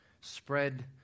spread